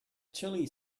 chilli